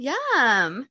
Yum